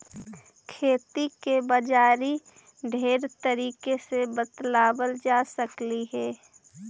खेती के बाजारी ढेर तरीका से बताबल जा सकलाई हे